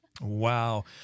Wow